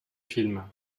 film